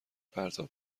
پرتاب